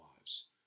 lives